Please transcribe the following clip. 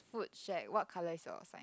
food shack what colour is your sign